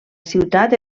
ciutat